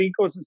ecosystem